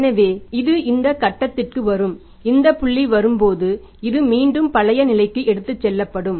எனவே இது இந்த கட்டத்திற்கு வரும் இந்த புள்ளி வரும்போது இது மீண்டும் பழைய நிலைக்கு எடுத்துச் செல்லப்படும்